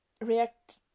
react